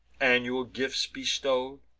annual gifts bestow'd,